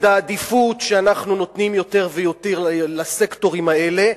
העדיפות שאנחנו נותנים יותר ויותר לסקטורים האלה,